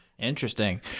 Interesting